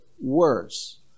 worse